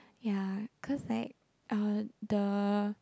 ya cause like uh the